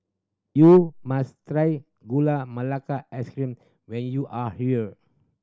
you must try Gula Melaka Ice Cream when you are here